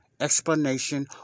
Explanation